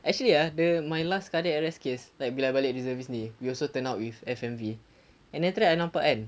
actually ah the my last cardiac arrest case like bila balik reservist ni we also turn out with F_M_V and then after that I nampak kan